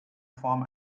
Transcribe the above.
form